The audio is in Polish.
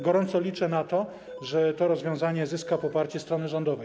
Gorąco liczę na to, że to rozwiązanie zyska poparcie strony rządowej.